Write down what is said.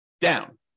down